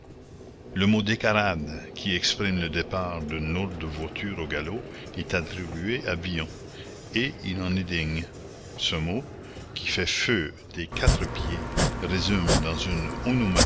le mot décarade qui exprime le départ d'une lourde voiture au galop est attribué à villon et il en est digne ce mot qui fait feu des quatre pieds résume dans une